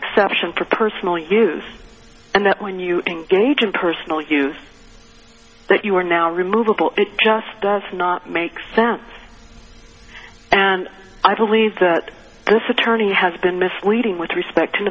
exception for personal use and that when you engage in personal use that you are now removable it just does not make sense and i believe this attorney has been misleading with respect